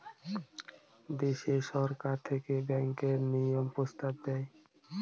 দেশে সরকার থেকে ব্যাঙ্কের নিয়ম প্রস্তাব দেয়